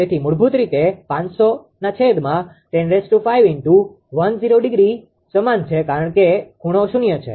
તેથી મૂળભૂત રીતે સમાન છે કારણ કે ખૂણો શૂન્ય છે